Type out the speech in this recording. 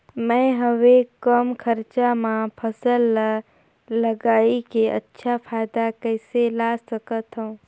मैं हवे कम खरचा मा फसल ला लगई के अच्छा फायदा कइसे ला सकथव?